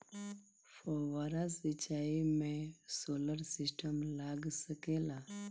फौबारा सिचाई मै सोलर सिस्टम लाग सकेला?